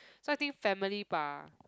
so I think family ba